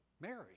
Mary